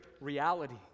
reality